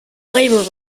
labor